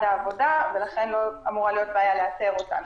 העבודה ולכן לא אמורה להיות בעיה לאתר אותם.